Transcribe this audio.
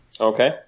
Okay